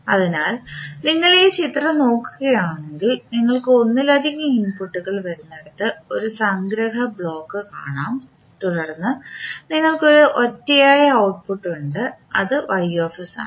അതിനാൽ നിങ്ങൾ ഈ ചിത്രം നോക്കുകയാണെങ്കിൽ നിങ്ങൾക്ക് ഒന്നിലധികം ഇൻപുട്ടുകൾ വരുന്നിടത്ത് ഒരു സംഗ്രഹ ബ്ലോക്ക് കാണും തുടർന്ന് നിങ്ങൾക്ക് ഒരു ഒറ്റയായ ഔട്ട്പുട്ട് ഉണ്ട് അത് ആണ്